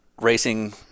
Racing